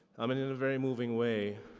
um and in a very moving way,